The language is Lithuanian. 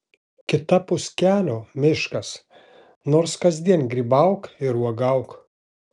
kitapus kelio miškas nors kasdien grybauk ir uogauk